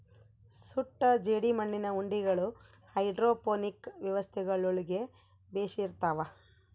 ಸುಟ್ಟ ಜೇಡಿಮಣ್ಣಿನ ಉಂಡಿಗಳು ಹೈಡ್ರೋಪೋನಿಕ್ ವ್ಯವಸ್ಥೆಗುಳ್ಗೆ ಬೆಶಿರ್ತವ